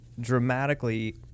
dramatically